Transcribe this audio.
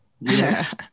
Yes